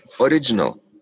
original